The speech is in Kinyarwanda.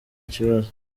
kibazo